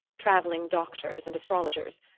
travelling doctors and astrologers,